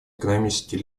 экономический